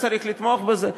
צריך לתמוך בזה.